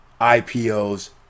IPOs